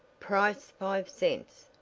price five cents!